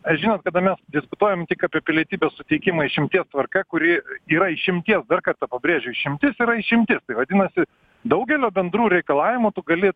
e žinot kada mes diskutuojam tik apie pilietybės suteikimą išimties tvarka kuri yra išimties dar kartą pabrėžiu išimtis yra išimtis vadinasi daugelio bendrų reikalavimų tu gali